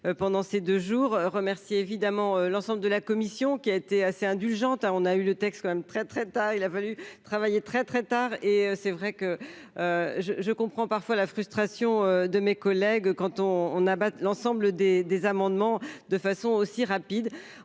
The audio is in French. pendant ces 2 jours, remerciez évidemment l'ensemble de la commission qui a été assez indulgente, on a eu le texte quand même très, très tard, il a fallu travailler très, très tard, et c'est vrai que je je comprends parfois la frustration de mes collègues quand on on abat l'ensemble des des amendements de façon aussi rapide,